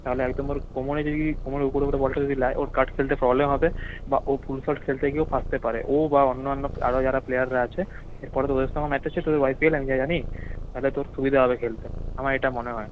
তাহলে একদম ওর কোমরে যদি কোমরের উপরে উঠে বলটা যদি নেয় ওর কাট ফেলতে প্রবলেম হবে বা ও ফুলশট খেলতে গিয়েও ফাঁসতে পারে ও বা অন্য অন্য আরও যারা প্লেয়াররা আছে এরপরে তোদের সঙ্গেও ম্যাচ আছে তোদের ওয়াইপিএল আমি জানি তাহলে তোর সুবিধা হবে খেলতে আমার এটা মনে হয়